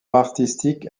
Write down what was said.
artistique